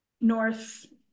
North